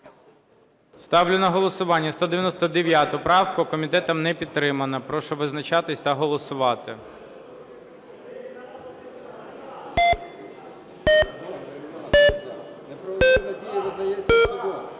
Ставлю на голосування правку номер 31. Комітетом не підтримана. Прошу визначатися та голосувати.